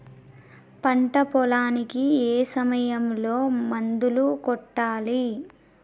పంట పొలానికి ఏ సమయంలో మందులు కొట్టాలి?